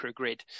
microgrid